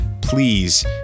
Please